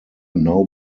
now